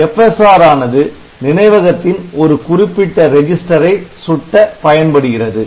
FSR ஆனது நினைவகத்தின் ஒரு குறிப்பிட்ட ரெஜிஸ்டரை சுட்ட பயன்படுகிறது